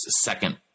second